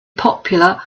popular